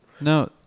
No